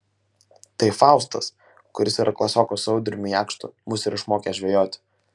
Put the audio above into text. tai faustas kuris yra klasiokas su audriumi jakštu mus ir išmokė žvejoti